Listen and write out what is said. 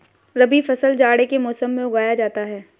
रबी फसल जाड़े के मौसम में उगाया जाता है